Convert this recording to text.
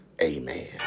Amen